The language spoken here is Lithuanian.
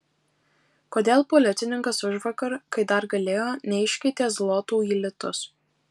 kodėl policininkas užvakar kai dar galėjo neiškeitė zlotų į litus